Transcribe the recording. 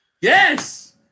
Yes